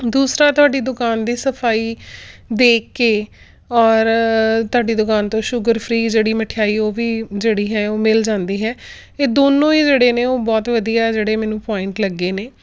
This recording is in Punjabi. ਦੂਸਰਾ ਤੁਹਾਡੀ ਦੁਕਾਨ ਦੀ ਸਫਾਈ ਦੇਖ ਕੇ ਔਰ ਤੁਹਾਡੀ ਦੁਕਾਨ ਤੋਂ ਸ਼ੂਗਰ ਫ੍ਰੀ ਜਿਹੜੀ ਮਿਠਆਈ ਉਹ ਵੀ ਜਿਹੜੀ ਹੈ ਉਹ ਮਿਲ ਜਾਂਦੀ ਹੈ ਇਹ ਦੋਨੋਂ ਹੀ ਜਿਹੜੇ ਨੇ ਉਹ ਬਹੁਤ ਵਧੀਆ ਜਿਹੜੇ ਮੈਨੂੰ ਪੁਆਇੰਟ ਲੱਗੇ ਨੇ